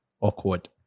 awkward